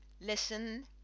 Listen